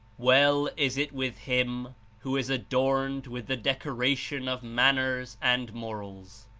well is it with him who is adorned with the decor ation of manners and morals.